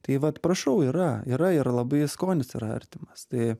tai vat prašau yra yra ir labai skonis yra artimas tai